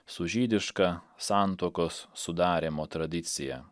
su žydiška santuokos sudarymo tradicija